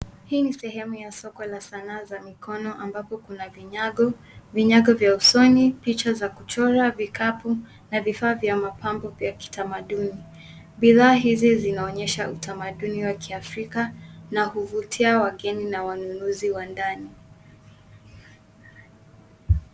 Hii ni sehemu ya soko ya sanaa za mikono ambapo kuna vinyago, vinyago vya usoni picha za kuchora vikapu na vifaa vya mapambo pia ya kitamaduni bidhaa hizi zinaonyesha utamaduni wa kiafrika na huvutia wageni na wanunuzi wa ndani.